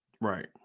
Right